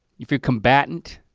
if you're combatant.